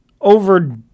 over